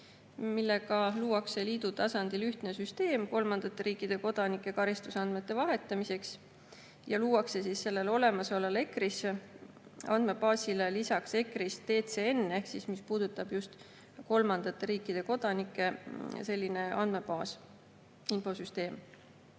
Sellega luuakse liidu tasandil ühtne süsteem kolmandate riikide kodanike karistusandmete vahetamiseks ja luuakse olemasolevale ECRIS‑e andmebaasile lisaks ECRIS‑TCN, mis puudutab just kolmandate riikide kodanikke, selline andmebaas või infosüsteem.